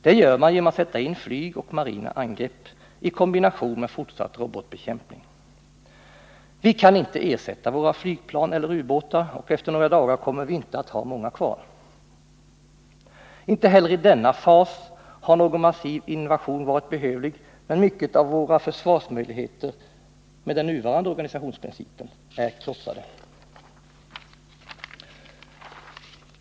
Det gör man genom att sätta in flygangrepp och marina angrepp, i kombination med fortsatt robotbekämpning. Vi kan inte ersätta våra flygplan eller ubåtar, och efter några dagar kommer vi inte att ha många kvar. Inte heller i denna fas har någon massiv invasion varit behövlig, men mycket av våra försvarsmöjligheter, med den nuvarande organisationsprincipen, är krossade.